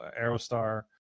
aerostar